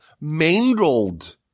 mangled